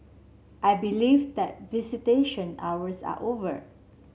I believe that visitation hours are over